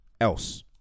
else